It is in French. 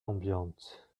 ambiante